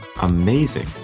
amazing